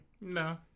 No